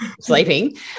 sleeping